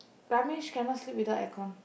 Ramesh cannot sleep without aircon